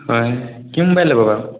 হয় কি ম'বাইল ল'ব বাৰু